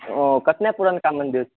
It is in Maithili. ओ कतने पुरनका मन्दिर